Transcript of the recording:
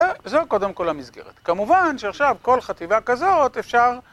זו קודם כל המסגרת. כמובן שעכשיו כל חטיבה כזאת אפשר...